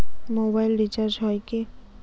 Mobile recharge হয় কি?